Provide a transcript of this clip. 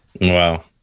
Wow